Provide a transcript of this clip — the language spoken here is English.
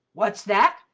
what's that?